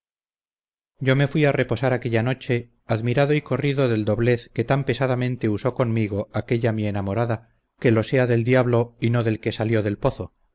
yo me fuí a reposar aquella noche admirado y corrido del doblez que tan pesadamente uso conmigo aquella mi enamorada que lo sea del diablo y no del que salió del pozo